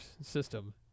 system